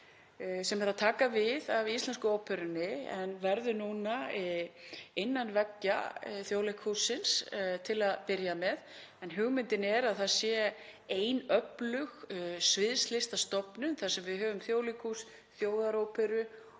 er að taka við af Íslensku óperunni en verður innan veggja Þjóðleikhússins til að byrja með. Hugmyndin er að það sé ein öflug sviðslistastofnun þar sem við höfum Þjóðleikhús, þjóðaróperu